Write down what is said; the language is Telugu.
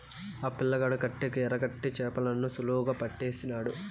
ఆ పిల్లగాడు కట్టెకు ఎరకట్టి చేపలను సులువుగా పట్టేసినాడు